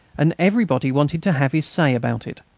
and everybody wanted to have his say about it.